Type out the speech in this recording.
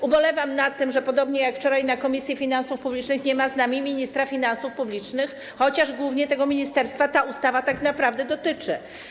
Ubolewam nad tym, że podobnie jak wczoraj na posiedzeniu Komisji Finansów Publicznych nie ma z nami ministra finansów publicznych, chociaż głównie tego ministerstwa ta ustawa tak naprawdę dotyczy.